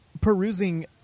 perusing